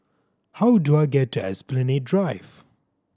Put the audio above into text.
how do I get to Esplanade Drive